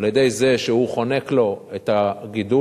על-ידי זה שהוא חונק לו את הגידול